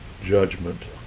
judgment